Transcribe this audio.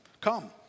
Come